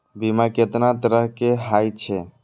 बीमा केतना तरह के हाई छै?